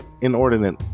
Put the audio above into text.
Inordinate